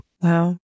Wow